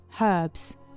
herbs